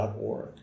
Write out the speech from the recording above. org